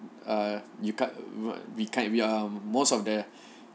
err you can't we can't we are most of the